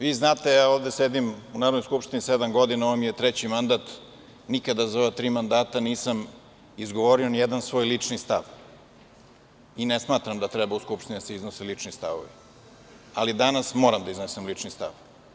Vi znate, evo, ovde sedim u Narodnoj skupštini sedam godina, ovo mi je treći mandat, nikada za ova tri mandata nisam izgovorio nijedan svoj lični stav i ne smatram da treba u Skupštini da se iznose lični stavovi, ali danas moram da iznesem lični stav.